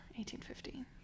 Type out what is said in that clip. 1815